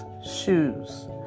Shoes